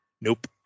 Nope